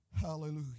Hallelujah